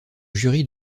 jurys